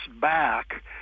back